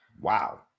Wow